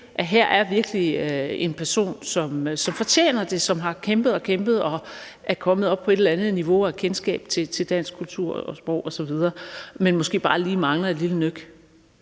at her er virkelig en person, som fortjener det, som har kæmpet og kæmpet og er kommet op på et eller andet niveau og har kendskab til dansk kultur, sprog osv., men som måske bare lige mangler et lille nøk.